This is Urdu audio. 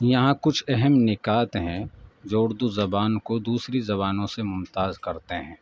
یہاں کچھ اہم نکات ہیں جو اردو زبان کو دوسری زبانوں سے ممتاز کرتے ہیں